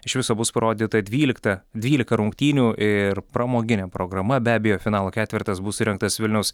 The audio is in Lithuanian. iš viso bus parodyta dvyliktą dvylika rungtynių ir pramoginė programa be abejo finalo ketvertas bus surengtas vilniaus